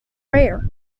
rare